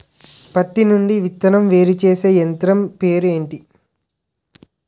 పత్తి నుండి విత్తనం వేరుచేసే యంత్రం పేరు ఏంటి